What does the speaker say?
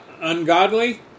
ungodly